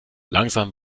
langsam